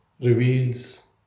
reveals